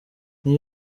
iyi